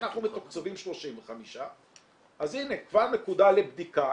אנחנו מתוקצבים 35%. אז הנה כבר נקודה לבדיקה.